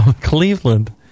Cleveland